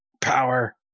Power